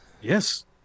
yes